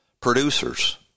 producers